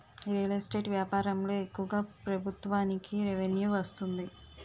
real estate వ్యాపారంలో ఎక్కువగా ప్రభుత్వానికి రెవెన్యూ వస్తుంది